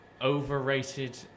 Overrated